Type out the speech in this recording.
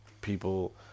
people